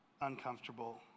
uncomfortable